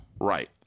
Right